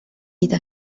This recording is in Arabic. إذا